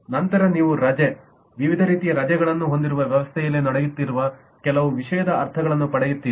ನಂತರ ನೀವು ರಜೆ ವಿವಿಧ ರೀತಿಯ ರಜೆಗಳನ್ನು ಹೊಂದಿರುವ ವ್ಯವಸ್ಥೆಯಲ್ಲಿ ನಡೆಯುತ್ತಿರುವ ಕೆಲವು ವಿಷಯದ ಅರ್ಥವನ್ನು ಪಡೆಯುತ್ತೀರಿ